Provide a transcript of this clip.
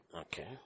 Okay